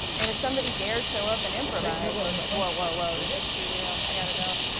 and if somebody dared show up and improvise, i was like whoa, whoa, whoa, this is too real, i gotta go.